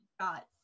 Got